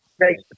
Thank